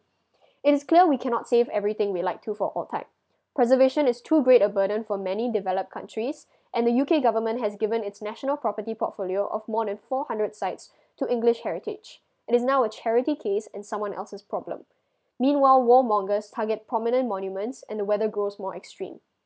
it is clear we cannot save everything we like to for all time preservation is too great a burden for many developed countries and the U_K government has given it's national property portfolio of more than four hundred sites to english heritage it is now a charity case and someone else's problem meanwhile war mongers target prominent monuments and the weather grows more extreme